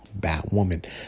Batwoman